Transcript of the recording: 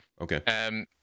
Okay